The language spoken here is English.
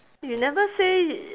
you never say